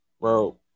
Bro